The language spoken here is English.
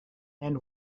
and